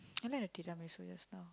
I like the Tiramisu just now